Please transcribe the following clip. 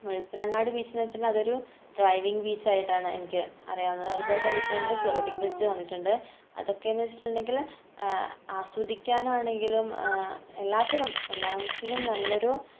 മുഴുപ്പില്ലങ്ങാടി ബീച്ചെന്ന് വെച്ചിട്ടുണ്ടേ അത് ഒരു ഡ്രൈവിംഗ് ബീച്ചായിട്ടാണ് എനിക്ക് അറിയാവുന്നത് അതുപോലെ തന്നെ ഇപ്പോൾ ഒരു ഫ്ലോട്ടിങ് ബ്രിഡ്ജ് വന്നിട്ടുണ്ട് അതൊക്കെയെന്ന് വെച്ചിട്ടുണ്ടെങ്കിൽ ആസ്വദിക്കാൻ ആണെങ്കിലും എല്ലാറ്റിനും എല്ലാറ്റിനും നല്ലൊരു